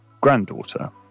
granddaughter